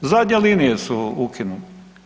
Zadnje linije su ukinuli.